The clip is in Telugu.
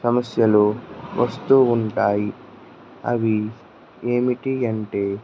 సమస్యలు వస్తూ ఉంటాయి అవి ఏమిటి అంటే